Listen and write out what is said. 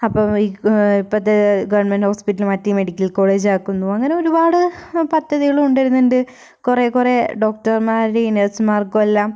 അപ്പോൾ ഇപ്പോഴത്തെ government hospital മാറ്റി മെഡിക്കൽ കോളേജ് ആക്കുന്നു അങ്ങനെ ഒരുപാട് പദ്ധതികൾ കൊണ്ട് വരുന്നുണ്ട് കുറേ കുറേ ഡോക്ടർമാരെയും നേഴ്സുമാർക്കും എല്ലാം